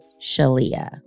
Shalia